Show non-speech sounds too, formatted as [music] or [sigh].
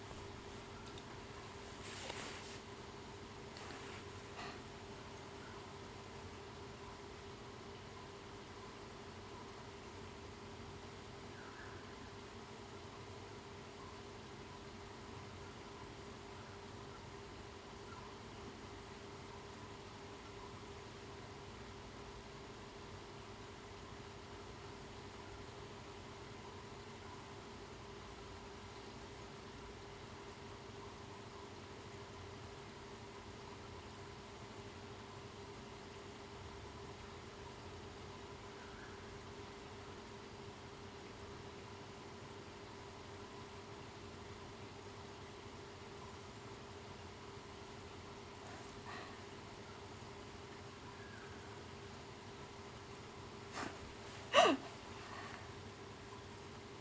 [laughs]